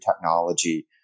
technology